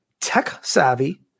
tech-savvy